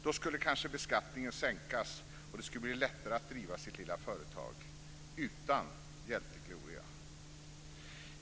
Då skulle kanske beskattningen sänkas och det skulle bli lättare att driva sitt lilla företag utan hjältegloria.